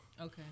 Okay